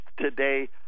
today